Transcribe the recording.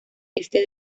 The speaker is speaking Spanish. este